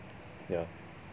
yeah